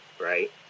right